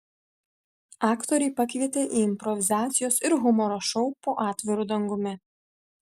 aktoriai pakvietė į improvizacijos ir humoro šou po atviru dangumi